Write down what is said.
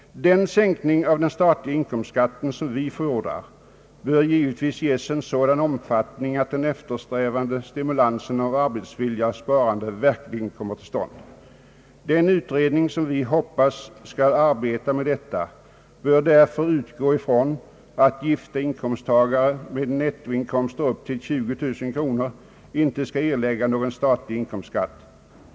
Den sänkning av den statliga inkomstskatten som vi förordat bör givetvis ges en sådan omfattning att den eftersträvade stimulansen av arbetsvilja och sparande verkligen kommer till stånd. Den utredning som vi hoppas skall arbeta med detta bör därför utgå ifrån att gifta inkomsttagare med nettoinkomster upp till 20000 kronor inte skall erlägga någon statlig inkomstskatt.